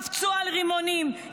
קפצו על רימונים,